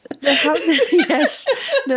Yes